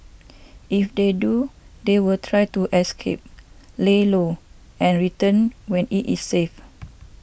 if they do they will try to escape lay low and return when it is safe